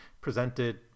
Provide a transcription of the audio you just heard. presented